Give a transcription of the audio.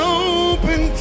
open